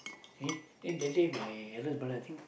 see then that day my eldest brother think